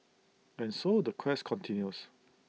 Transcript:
and so the quest continues